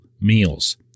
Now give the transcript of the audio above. meals